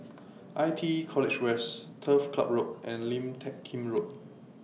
I T E College West Turf Ciub Road and Lim Teck Kim Road